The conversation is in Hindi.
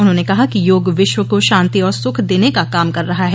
उन्होंने कहा कि योग विश्व को शांति और सुख देने का काम कर रहा है